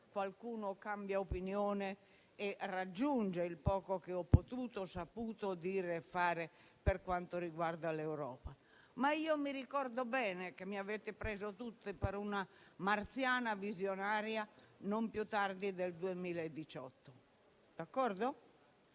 qualcuno cambia opinione e raggiunge il poco che ho potuto o saputo dire o fare per quanto riguarda l'Europa - ma ricordo bene che mi avete preso tutti per una marziana visionaria non più tardi del 2018. Adesso